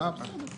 נגיע לזה.